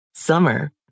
Summer